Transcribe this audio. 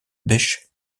bêche